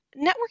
networking